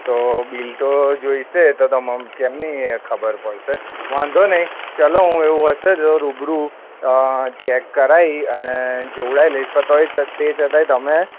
તો બીલ તો જોઈશે તો તમ કેમની ખબર પડશે વાંધો નહીં ચાલો હું એવું હશે તો રૂબરૂ ચેક કરાવી અને જોવડાવી લઇશ પણ તોય તે છતાંય તમે